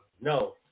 no